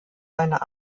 seiner